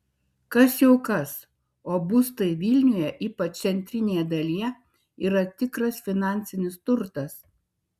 kas jau kas o būstai vilniuje ypač centrinėje dalyje yra tikras finansinis turtas